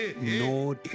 No